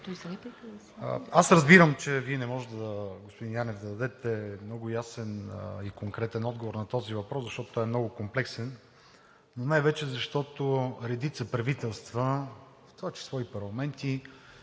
господин Янев, не можете да дадете много ясен и конкретен отговор на този въпрос, защото той е много комплексен, но най-вече защото редица правителства, в това число и парламенти,